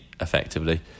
effectively